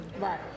right